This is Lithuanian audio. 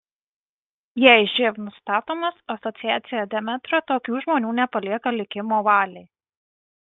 jei živ nustatomas asociacija demetra tokių žmonių nepalieka likimo valiai